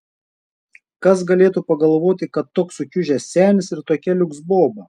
kas galėtų pagalvoti kad toks sukiužęs senis ir tokia liuks boba